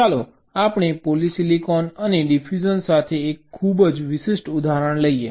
ચાલો આપણે પોલિસિલિકોન અને ડિફ્યુઝન સાથે એક ખૂબ જ વિશિષ્ટ ઉદાહરણ લઈએ